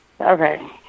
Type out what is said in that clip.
okay